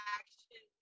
action